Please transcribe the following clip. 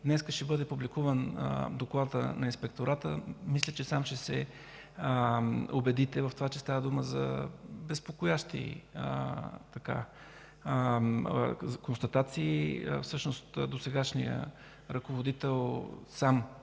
днес ще бъде публикуван докладът на Инспектората. Мисля, че сам ще се убедите, че става дума за безпокоящи констатации. Всъщност досегашният ръководител сам